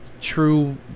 true